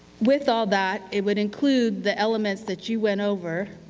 with all that, it would include the elements that you went over.